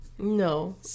No